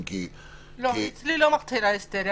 אצלי אין היסטריה,